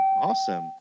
Awesome